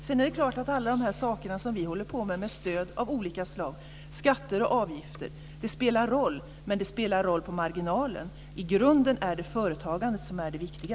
Sedan är det klart att alla de saker vi håller på med, med stöd av olika slag, skatter och avgifter, spelar roll, men det spelar roll på marginalen. I grunden är det företagandet som är det viktiga.